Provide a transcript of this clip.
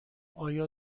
آیا